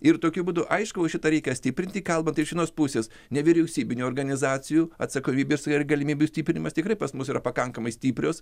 ir tokiu būdu aišku šitą reikia stiprinti kalbant iš vienos pusės nevyriausybinių organizacijų atsakomybės ir galimybių stiprinimas tikrai pas mus yra pakankamai stiprios